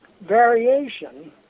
variation